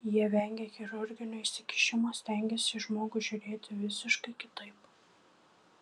jie vengia chirurginio įsikišimo stengiasi į žmogų žiūrėti visiškai kitaip